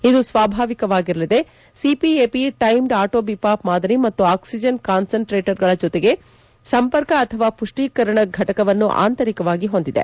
ಇದು ಸ್ವಾಭಾವಿಕವಾಗಿರಲಿದೆ CPAP timed auto BiPAP ಮಾದರಿ ಮತ್ತು ಆಕ್ಲಿಜನ್ ಕಾನ್ಲನ್ ಟ್ರೇಟರ್ಗಳ ಜೊತೆ ಸಂಪರ್ಕ ಅಥವಾ ಪುಷ್ಟೀಕರಣ ಫಟಕವನ್ನು ಆಂತರಿಕವಾಗಿ ಹೊಂದಿದೆ